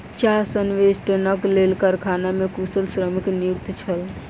चाह संवेष्टनक लेल कारखाना मे कुशल श्रमिक नियुक्त छल